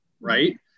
right